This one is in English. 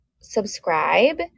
subscribe